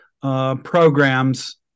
programs